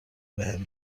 بهم